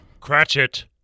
Cratchit